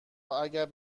اگر